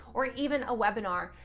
or even a webinar.